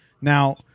Now